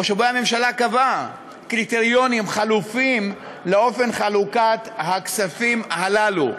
או שבו הממשלה קבעה קריטריונים חלופיים לאופן חלוקת הכספים הללו.